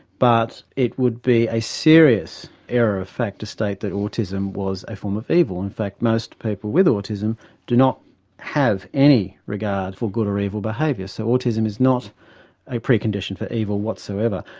but it would be a serious error of fact to state that autism was a form of evil. in fact, most people with autism do not have any regard for good or evil behaviour, so autism is not a precondition for evil whatsoever,